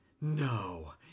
No